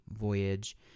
Voyage